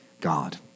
God